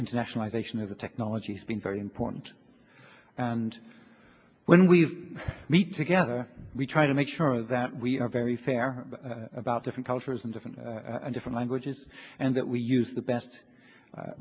internationalization is a technology has been very important and when we meet together we try to make sure that we are very fair about different cultures and different in different languages and that we use the best